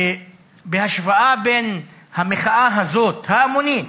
בהשוואה בין המחאה הזאת, ההמונית,